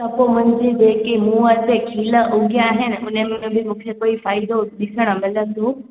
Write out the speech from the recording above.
त पोइ मुंहिंजी जेकी मुंहुं ते खिल उगिया आहिनि उनमें बि मूंखे कुझु फ़ाइदो ॾिसण मिलंदो